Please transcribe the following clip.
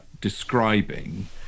describing